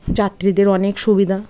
যাত্রীদের অনেক সুবিধা